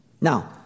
Now